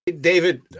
David